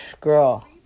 Girl